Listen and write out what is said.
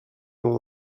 l’on